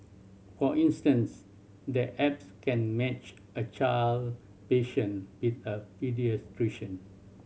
for instance the apps can match a child patient with a paediatrician